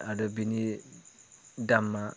आरो बिनि दामा